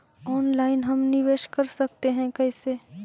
Online हम निवेश कर सकते है, कैसे?